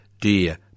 dear